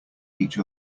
each